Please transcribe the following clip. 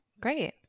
Great